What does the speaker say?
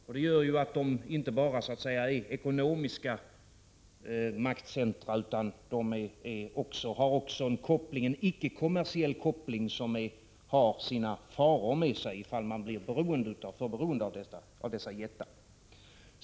Detta gör att datajättarna inte bara är ekonomiska maktcentra utan också har en icke-kommersiell koppling, vilket kan innebära faror om man blir för beroende av dessa jättar.